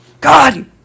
God